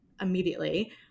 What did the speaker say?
immediately